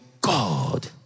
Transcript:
God